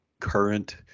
current